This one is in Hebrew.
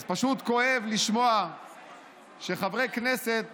אז פשוט כואב לשמוע שחברי כנסת